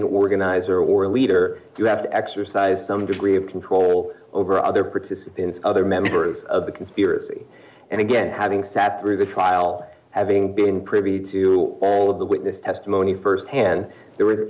an organizer or leader you have to exercise some degree of control over other participants other members of the conspiracy and again having sat through the trial having been privy to all of the witness testimony firsthand there is a